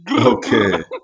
Okay